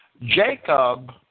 Jacob